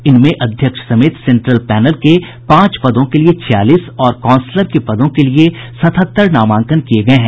इनमें अध्यक्ष समेत सेंट्रल पैनल के पांच पदों के लिए छियालीस और काउंसलर के पदों के लिए सतहत्तर नामांकन किये गये है